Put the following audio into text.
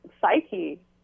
psyche